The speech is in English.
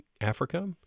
Africa